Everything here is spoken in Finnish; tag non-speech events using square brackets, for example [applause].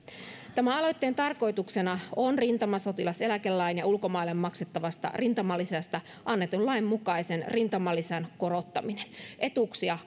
tämän aloitteen tarkoituksena on rintamasotilaseläkelain ja ulkomaille maksettavasta rintamalisästä annetun lain mukaisen rintamalisän korottaminen etuuksia [unintelligible]